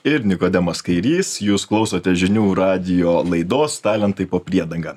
ir nikodemas kairys jūs klausote žinių radijo laidos talentai po priedanga